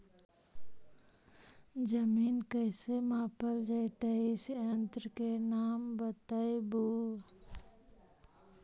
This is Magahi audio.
जमीन कैसे मापल जयतय इस यन्त्र के नाम बतयबु?